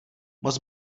moc